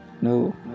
No